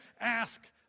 ask